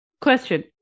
Question